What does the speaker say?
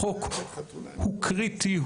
החוק הוא קריטי,